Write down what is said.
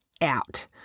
out